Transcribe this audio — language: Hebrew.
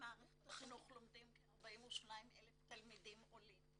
במערכת החינוך לומדים כ-42,000 תלמידים עולים.